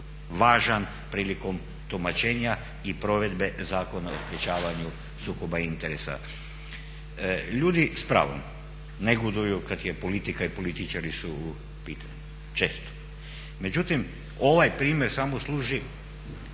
važan prilikom tumačenja i provedbe Zakona o sprečavanju skoba interesa. Ljudi s pravom negoduju kada je politika i kada su političari u pitanju, često. Međutim ovaj primjer samo služi